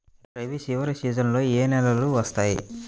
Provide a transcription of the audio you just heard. రబీ చివరి సీజన్లో ఏ నెలలు వస్తాయి?